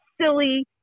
silly